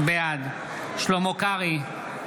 בעד שלמה קרעי,